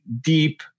deep